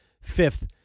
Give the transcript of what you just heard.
fifth